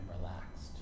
relaxed